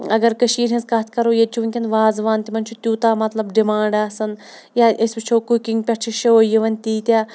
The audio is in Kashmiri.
اگر کٔشیٖرِ ہٕنٛز کَتھ کَرو ییٚتہِ ٕچھُ وٕنۍکٮ۪ن وازوان تِمَن چھُ تیوٗتاہ مطلب ڈِمانٛڈ آسان یا أسۍ وٕچھو کُکِنٛگ پٮ۪ٹھ چھِ شو یِوان تیٖتیٛاہ